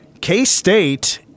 K-State